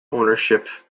ownership